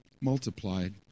multiplied